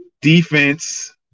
defense